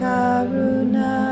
Karuna